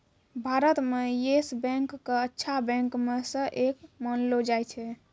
भारत म Yes Bank क अच्छा बैंक म स एक मानलो जाय छै